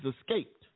escaped